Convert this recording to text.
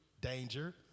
danger